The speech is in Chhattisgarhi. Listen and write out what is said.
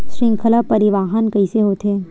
श्रृंखला परिवाहन कइसे होथे?